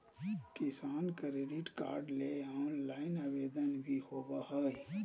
किसान credit card ले online आवेदन भी होबय हय